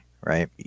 right